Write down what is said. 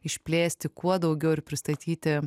išplėsti kuo daugiau ir pristatyti